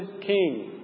king